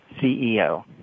CEO